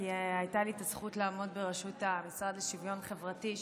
כי הייתה לי את הזכות לעמוד בראשות המשרד לשוויון חברתי,